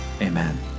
amen